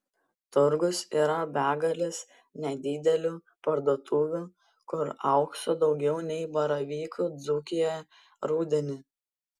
turgus yra begalės nedidelių parduotuvių kur aukso daugiau nei baravykų dzūkijoje rudenį